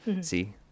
See